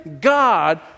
God